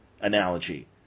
analogy